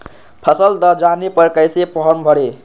फसल दह जाने पर कैसे फॉर्म भरे?